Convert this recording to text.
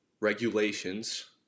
regulations